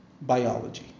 Biology